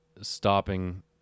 stopping